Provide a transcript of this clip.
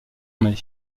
mai